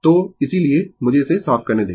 तो इसीलिए मुझे इसे साफ करने दें